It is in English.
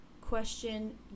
question